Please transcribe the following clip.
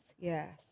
yes